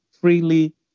freely